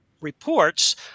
reports